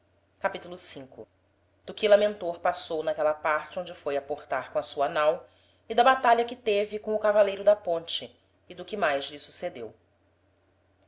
passou capitulo v do que lamentor passou n'aquela parte onde foi aportar com a sua nau e da batalha que teve com o cavaleiro da ponte e do que mais lhe sucedeu